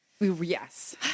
yes